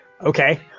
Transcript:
Okay